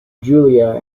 julia